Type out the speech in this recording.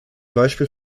beispiel